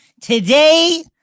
today